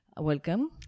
welcome